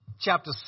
chapter